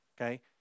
okay